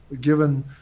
given